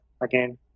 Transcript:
again